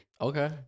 Okay